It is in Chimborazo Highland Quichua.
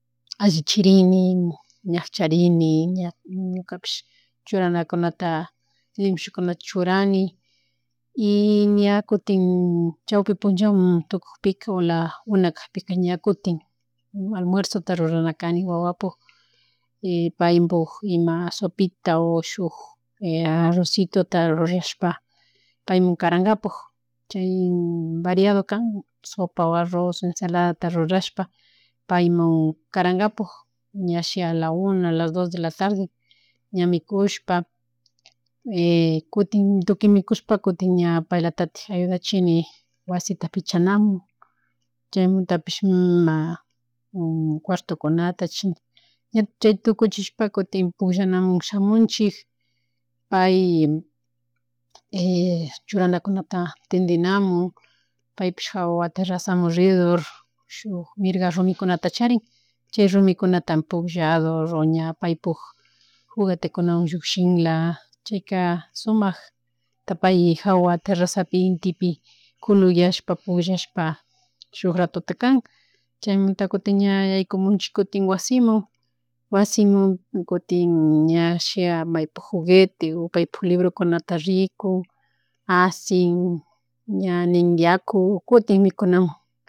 Chaypuk ima avena ima quinua ima machica chaymunta kutin yanupani chaymuntaka kutin ima nishun proteinataka kungapaka lulunta timbunchini o mayjin punllakunaka refrito o revoltota rurani y ña ima tandawan o panqueques o imawan chawan rurankapuk y ña chayta karani wawamun, ari nukapish ñuka kushapish mikunchik plato manga cuchara tukuyta mayllanchik y limishanchik ima wasita, bañota, cosina, sala, dormistoriokuna y ña chay tukuchishpaka kutin wawata kutin cambianakan churanata pay mapachik, mapayachik chay kutin ña cambearishpa armarishpa, mayjin punllaka o shuk punllaka armachin o shuk punllaka mana armanchinchik chay armashpa ña kutin pay todavia o nishun chuchukun, chuchushpa ña puñun chaypi ñuakata asha tiempota saquipig ñuka wasita pichani o takchani chaymuntaka ashata tiyarini ña shia computadorapi o celularpi rikungapak imala novedad noticiakuna tiyan ña o ñukalatin ña.